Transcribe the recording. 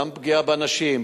גם פגיעה באנשים,